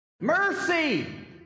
mercy